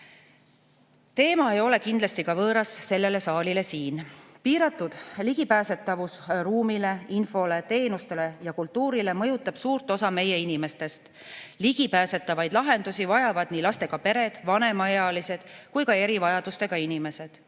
Teema ei ole kindlasti ka võõras sellele saalile siin. Piiratud ligipääsetavus ruumile, infole, teenustele ja kultuurile mõjutab suurt osa meie inimestest. Ligipääsetavaid lahendusi vajavad nii lastega pered, vanemaealised kui ka erivajadustega inimesed.